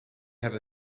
have